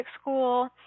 school